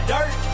Dirt